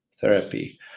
therapy